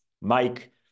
mike